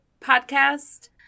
Podcast